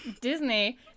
Disney